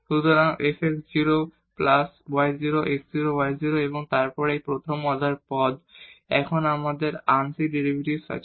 সুতরাং f x 0 plus y 0 x 0 y 0 এবং তারপর এগুলি প্রথম অর্ডার পদ এখন আমাদের আংশিক ডেরিভেটিভ আছে